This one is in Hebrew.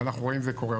ואנחנו רואים את זה קורה.